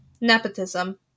Nepotism